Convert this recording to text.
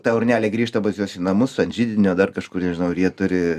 ta urnelė grįžta pas juos į namus ant židinio dar kažkur nežinau ar jie turi